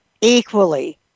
equally